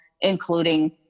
including